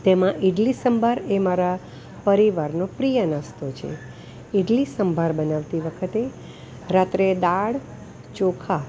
તેમાં ઇડલી સંભાર એ મારા પરિવારનો પ્રિય નાસ્તો છે ઇડલી સંભાર બનાવતી વખતે રાત્રે દાળ ચોખા